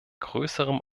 größerem